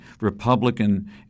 Republican